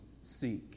seek